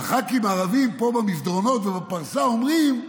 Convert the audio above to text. הח"כים הערבים פה במסדרונות ובפרסה אומרים שלא,